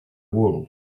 wool